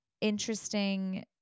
interesting